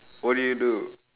what do you do